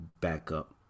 backup